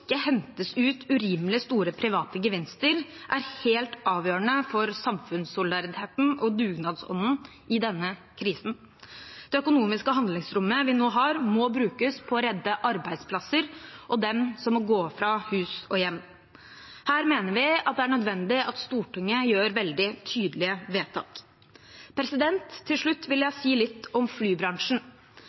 hentes ut urimelig store private gevinster er helt avgjørende for samfunnssolidariteten og dugnadsånden i denne krisen. Det økonomiske handlingsrommet vi nå har, må brukes på å redde arbeidsplasser og på dem som må gå fra hus og hjem. Her mener vi det er nødvendig at Stortinget fatter veldig tydelige vedtak. Til slutt vil jeg si litt om flybransjen.